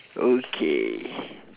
okay